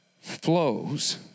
flows